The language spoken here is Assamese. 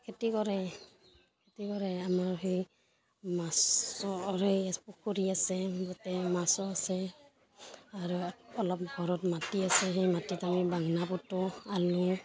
খেতি কৰে খেতি কৰে আমাৰ সেই মাছৰ এই পুখুৰী আছে তাতে মাছো আছে আৰু অলপ ঘৰত মাটি আছে সেই মাটিত আমি বাঙনা পোতোঁ আলু